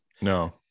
No